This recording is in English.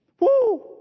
Woo